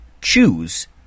choose